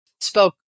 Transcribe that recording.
spoke